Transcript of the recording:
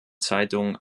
zeitung